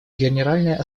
генеральная